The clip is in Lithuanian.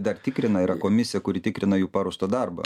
dar tikrina yra komisija kuri tikrina jų paruoštą darbą